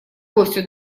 гостю